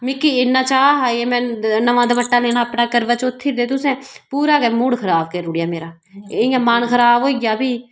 मिकी इन्ना चाऽ हा कि में नमां दुपट्टा लैना हा अपने करबा चौथी उपर ते तुसें पूरा गै मूड खराब करी ओड़ेआ मेरा एह् इयां मन खराब होई गेआ ते फ्ही